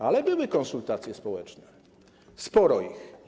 Ale były konsultacje społeczne, sporo ich.